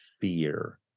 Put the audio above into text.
fear